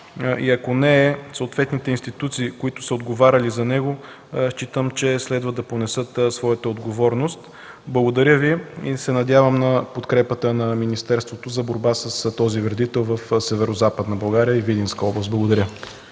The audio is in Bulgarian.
ако не е съответните институции, които са отговаряли за него, считам, че следва да понесат своята отговорност. Благодаря Ви и се надявам на подкрепата на министерството за борба с този вредител в Северозападна България и Видинска област. Благодаря.